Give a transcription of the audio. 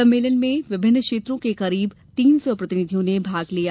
सम्मेलन में विभिन्न क्षेत्रों के करीब तीन सौ प्रतिनिधियो ने भाग लिया